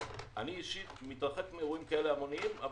אישית אני מתרחק מאירועים המוניים אבל